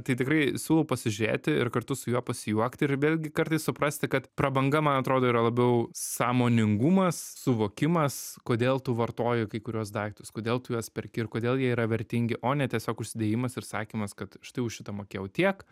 tai tikrai siūlau pasižiūrėti ir kartu su juo pasijuokti ir vėlgi kartais suprasti kad prabanga man atrodo yra labiau sąmoningumas suvokimas kodėl tu vartoji kai kuriuos daiktus kodėl tu juos perki ir kodėl jie yra vertingi o ne tiesiog užsidėjimas ir sakymas kad štai už šitą mokėjau tiek